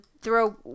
throw